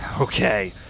Okay